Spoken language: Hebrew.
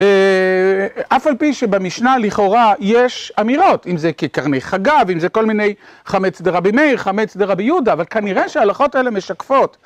אף על פי שבמשנה לכאורה יש אמירות, אם זה קרני חגיו, אם זה כל מיני חמץ דרבי מאיר, חמץ דרבי יהודה, אבל כנראה שההלכות האלה משקפות.